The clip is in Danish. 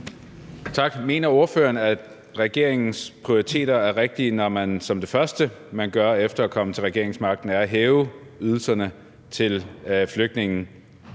Tak. Mener ordføreren, at regeringens prioriteter er rigtige, når det første, man gør efter at være kommet til regeringsmagten, er at hæve ydelserne til flygtninge?